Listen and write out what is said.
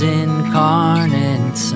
incarnate